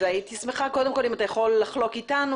והייתי שמחה קודם כל אם אתה יכול לחלוק איתנו